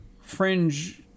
fringe